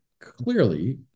clearly